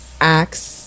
acts